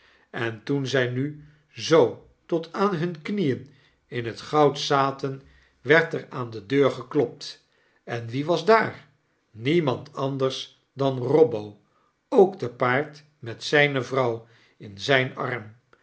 en toen zij nu zoo tot aan hunne knieen in het goud zaten werd er aan de deur geklopt en wie was daar niemand anders dan robbo ook te paard met zyne vrouw in zijn arm